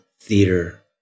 theater